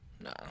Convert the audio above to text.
Nah